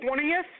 20th